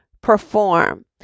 perform